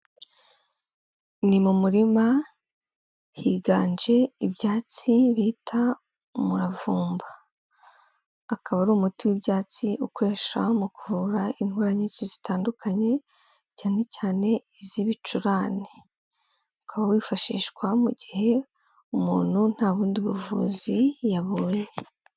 Ni mu murima higanje ibyatsi bita umuravumba, akaba ari umuti w'ibyatsi ukoresha mu kuvura indwara nyinshi zitandukanye cyane cyane iz'ibicurane, ukaba wifashishwa mu gihe umuntu nta bundi buvuzi yabonye.